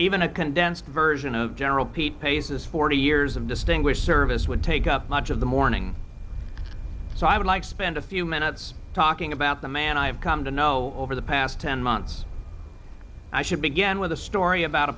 even a condensed version of general pete pace is forty years of distinguished service would take up much of the morning so i would like to spend a few minutes talking about the man i have come to know over the past ten months i should begin with a story about